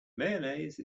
mayonnaise